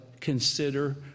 consider